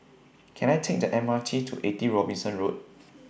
Can I Take The M R T to eighty Robinson Road